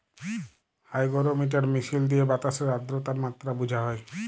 hygrometer মিশিল দিঁয়ে বাতাসের আদ্রতার মাত্রা বুঝা হ্যয়